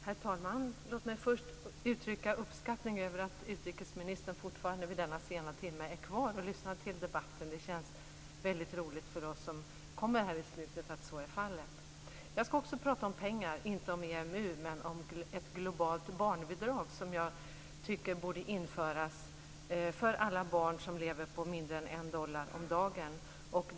Herr talman! Låt mig först uttrycka uppskattning över att utrikesministern fortfarande vid denna sena timme är kvar och lyssnar till debatten. Det känns väldigt roligt för oss som kommer i slutet att så är fallet. Jag vill också tala om pengar, inte om EMU utan om ett globalt barnbidrag som jag tycker borde införas för alla barn som lever på mindre än en dollar om dagen.